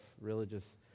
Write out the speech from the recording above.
religious